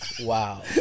Wow